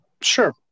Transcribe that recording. Sure